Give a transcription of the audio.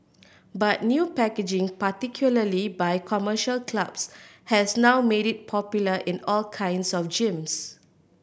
but new packaging particularly by commercial clubs has now made it popular in all kinds of gyms